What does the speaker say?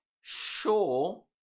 Sure